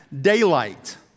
daylight